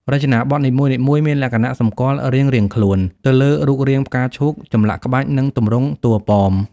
រចនាបថនីមួយៗមានលក្ខណៈសម្គាល់រៀងៗខ្លួន ទៅលើរូបរាងផ្កាឈូក ចម្លាក់ក្បាច់ និងទម្រង់តួប៉ម។